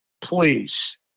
Please